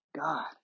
God